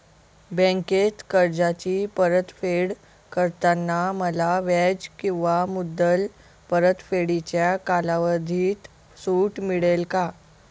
बँकेत कर्जाची परतफेड करताना मला व्याज किंवा मुद्दल परतफेडीच्या कालावधीत सूट मिळेल का?